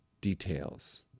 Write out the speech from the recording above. details